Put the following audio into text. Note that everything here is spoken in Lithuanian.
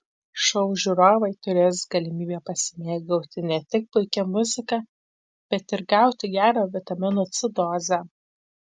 šou žiūrovai turės galimybę pasimėgauti ne tik puikia muzika bet ir gauti gerą vitamino c dozę